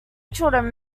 children